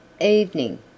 Evening